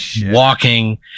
walking